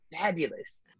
fabulous